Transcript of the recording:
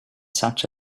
such